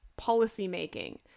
policymaking